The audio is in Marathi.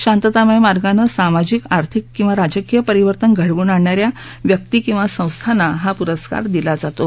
शांततामय मार्गानं सामाजिक आर्थिक किंवा राजकीय परिवर्तन घडवून आणणा या व्यक्ती किंवा संस्थांना हा पुरस्कार दिला जातो